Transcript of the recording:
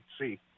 see